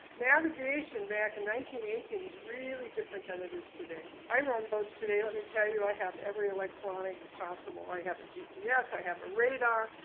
navigation back in eighteen is really different than it is today. i run boats today. let me tell you i have every electronic possible. i have a gps. i have a radar.